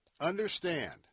understand